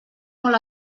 molt